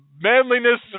manliness